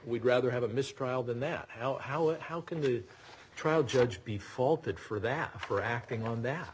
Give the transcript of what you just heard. we'd rather have a mistrial than that how how and how can the trial judge be faulted for that for acting on that